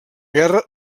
guerra